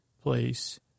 place